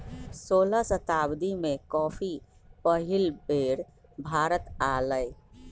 सोलह शताब्दी में कॉफी पहिल बेर भारत आलय